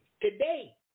Today